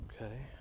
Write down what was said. Okay